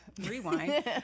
rewind